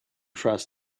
trust